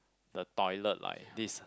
the toilet like this